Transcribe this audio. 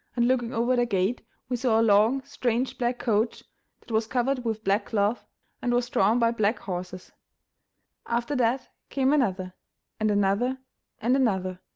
and looking over the gate, we saw a long strange black coach that was covered with black cloth and was drawn by black horses after that came another and another and another,